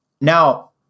Now